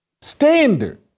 standard